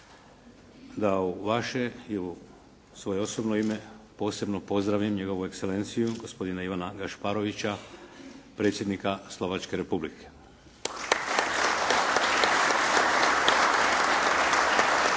da u vaše i u svoje osobno ime posebno pozdravim Njegovu Ekselenciju gospodina Ivana Gašparoviča predsjednika Slovačke Republike.